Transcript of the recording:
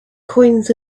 coins